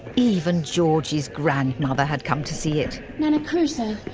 even georgie's grandmother had come to see it. nana crusoe!